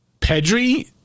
Pedri